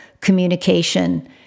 communication